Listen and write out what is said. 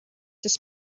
this